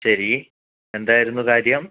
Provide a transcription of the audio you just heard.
ശരി എന്തായിരുന്നു കാര്യം